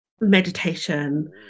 meditation